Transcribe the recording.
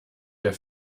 der